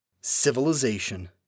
Civilization